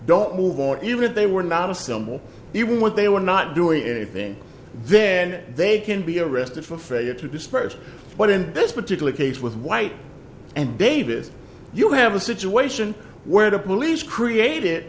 don't move or even if they were not assemble even what they were not doing anything then they can be arrested for failure to disperse but in this particular case with white and davis you have a situation where the police created